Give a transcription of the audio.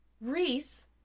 Reese